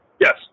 Yes